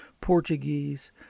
Portuguese